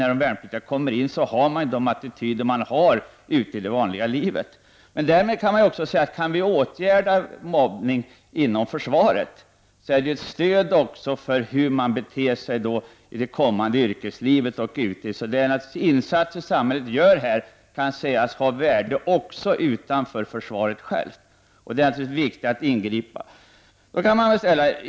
När de värnpliktiga kommer till försvaret tar de med sig de attityder som de redan har ute i det vanliga livet. Men därvid kan vi konstatera att går det att åtgärda mobbning inom försvaret, är det ett stöd för hur man beter sig i det kommande yrkeslivet. Insatser som samhället gör här kan ha värde också utanför försvaret självt. Det är naturligtvis viktigt att ingripa.